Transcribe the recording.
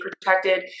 protected